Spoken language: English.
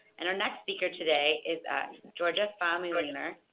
and our next speaker today is georgia famuliner.